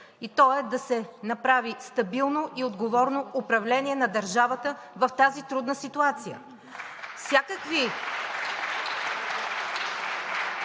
и той е да се направи стабилно и отговорно управление на държавата в тази трудна ситуация.